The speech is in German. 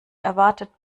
erwartet